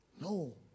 No